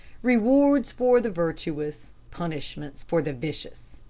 rewards for the virtuous, punishments for the vicious,